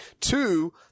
Two